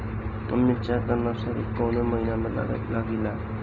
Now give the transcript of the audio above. मिरचा का नर्सरी कौने महीना में लागिला?